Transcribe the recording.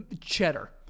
cheddar